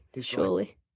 surely